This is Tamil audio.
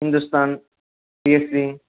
இந்துஸ்தான் பிஎஸ்ஜி